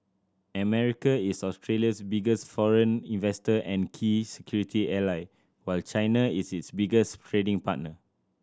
America is Australia's biggest foreign investor and key security ally while China is its biggest trading partner